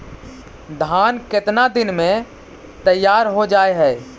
धान केतना दिन में तैयार हो जाय है?